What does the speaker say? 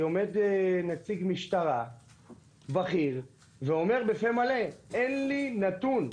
עומד נציג משטרה בכיר ואומר בפה מלא: אין לי נתון.